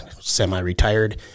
semi-retired